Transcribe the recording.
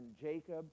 Jacob